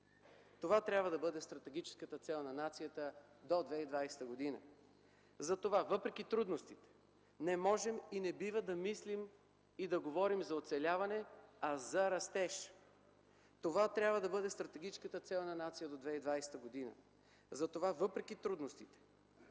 Това трябва да бъде стратегическата цел на нацията до 2020 г. Затова, въпреки трудностите, не можем, не бива да мислим и да говорим за оцеляване, а за растеж. Това трябва да бъде стратегическата цел на нацията до 2020 г. Затова въпреки трудностите,